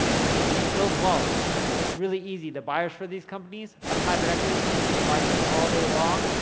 so build wealth it's really easy, the buyers for these companies, a private equity company will buy these all day long,